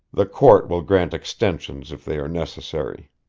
the court will grant extensions if they are necessary.